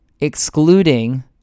excluding